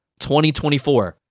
2024